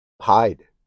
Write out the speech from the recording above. hide